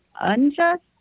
unjust